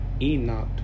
enoch